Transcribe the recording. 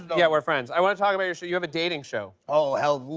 yeah, we're friends. i want to talk about your show. you have a dating show. oh, hell,